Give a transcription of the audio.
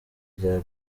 rya